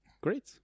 Great